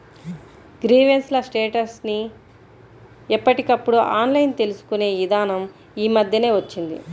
grievance ల status ని ఎప్పటికప్పుడు ఆన్లైన్ తెలుసుకునే ఇదానం యీ మద్దెనే వచ్చింది